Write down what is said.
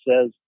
says